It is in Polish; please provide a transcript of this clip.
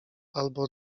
albo